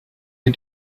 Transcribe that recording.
you